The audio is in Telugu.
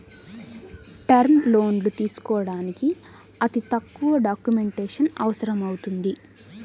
టర్మ్ లోన్లు తీసుకోడానికి అతి తక్కువ డాక్యుమెంటేషన్ అవసరమవుతుంది